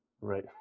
Right